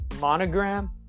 Monogram